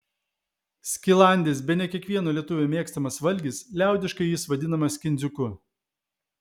skilandis bene kiekvieno lietuvio mėgstamas valgis liaudiškai jis vadinamas kindziuku